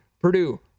Purdue